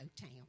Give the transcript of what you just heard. town